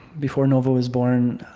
before nova was born,